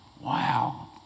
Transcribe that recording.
Wow